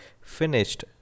finished